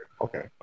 Okay